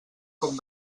com